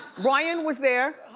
ryan was there.